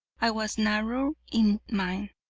i was narrow in mine,